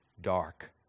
dark